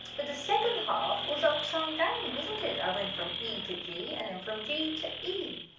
but the second half was upside down wasn't it, i went from e to g, and then from g to e,